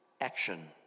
action